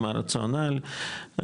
מה הרציונל,